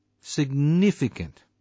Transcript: significant